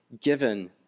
given